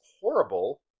horrible